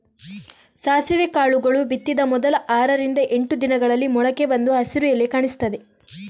ಸಾಸಿವೆ ಕಾಳುಗಳು ಬಿತ್ತಿದ ಮೊದಲ ಆರರಿಂದ ಎಂಟು ದಿನಗಳಲ್ಲಿ ಮೊಳಕೆ ಬಂದು ಹಸಿರು ಎಲೆ ಕಾಣಿಸ್ತದೆ